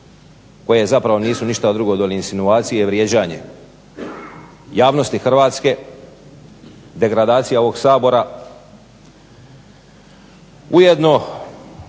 koje zapravo nisu ništa drugo doli insinuacije i vrijeđanje javnosti hrvatske, degradacija ovog Sabora. Ujedno